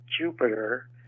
Jupiter